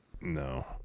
No